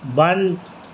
بند